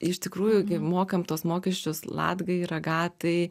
iš tikrųjų mokam tuos mokesčius latgai ir agatai